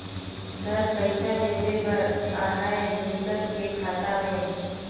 Sir पइसा भेजे बर आहाय दुसर के खाता मे?